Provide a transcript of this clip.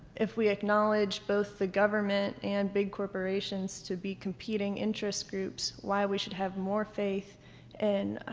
if we acknowledge both the government and big corporations to be competing interest groups, why we should have more faith in